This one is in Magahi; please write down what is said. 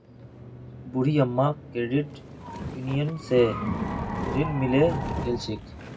बूढ़ी अम्माक क्रेडिट यूनियन स ऋण मिले गेल छ